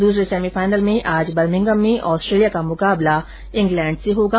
दूसरे सेमीफाइल में आज बर्भिंघम में ऑस्ट्रेलिया का मुकाबला मेजबान इंग्लैंड से होगा